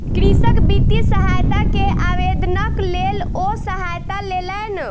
कृषक वित्तीय सहायता के आवेदनक लेल ओ सहायता लेलैन